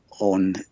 on